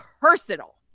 personal